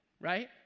right